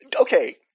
okay